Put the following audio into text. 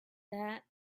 that